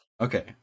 Okay